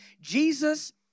Jesus